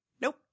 Nope